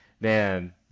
man